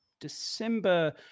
December